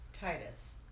Titus